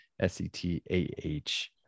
s-e-t-a-h